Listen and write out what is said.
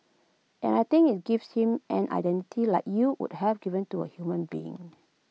and I think IT gives him an identity like you would have given to A human being